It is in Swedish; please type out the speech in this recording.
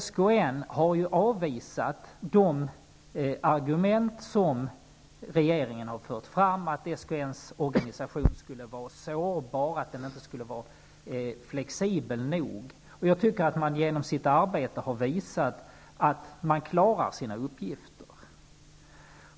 SKN har avvisat de argument som regeringen har fört fram, att SKN:s organisation skulle vara sårbar, att den inte skulle vara flexibel nog. Jag tycker att man genom sitt arbete har visat att man klarar sina uppgifter.